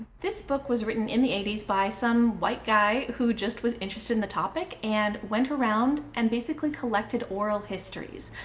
this book was written in the eighty s by some white guy who just was interested in the topic and went around and basically collected oral histories.